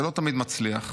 זה לא תמיד מצליח,